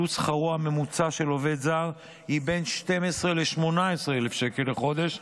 עלות שכרו הממוצע של עובד זר היא בין12,000 ל-18,000 שקלים לחודש,